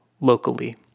locally